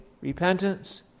repentance